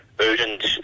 urgent